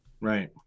Right